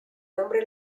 nombre